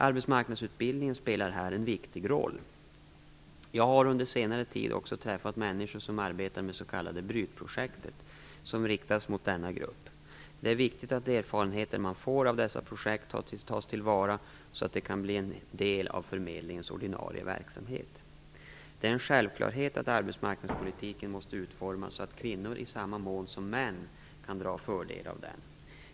Arbetsmarknadsutbildningen spelar här en viktig roll. Jag har under senare tid också träffat människor som arbetar med s.k. Brytprojekt som riktas mot denna grupp. Det är viktigt att de erfarenheter som man får av dessa projekt tas till vara så att de kan bli en del av förmedlingens ordinarie verksamhet. Det är en självklarhet att arbetsmarknadspolitiken måste utformas så att kvinnor i samma mån som män kan dra fördel av den.